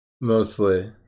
Mostly